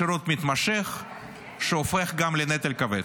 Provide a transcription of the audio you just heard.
בשירות מתמשך שהופך גם לנטל כבד,